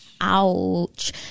Ouch